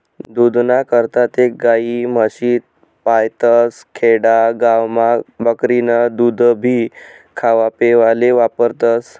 दूधना करता ते गायी, म्हशी पायतस, खेडा गावमा बकरीनं दूधभी खावापेवाले वापरतस